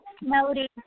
Melody